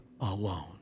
alone